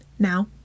Now